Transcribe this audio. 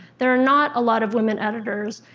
there are not a lot of women editors,